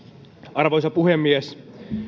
arvoisa puhemies